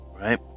right